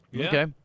okay